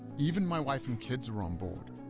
even my wife and kids were on board.